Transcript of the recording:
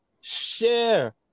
share